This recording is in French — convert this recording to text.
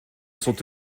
sont